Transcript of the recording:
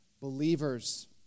believers